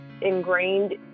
ingrained